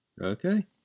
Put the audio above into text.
Okay